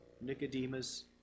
Nicodemus